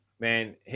Man